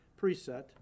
preset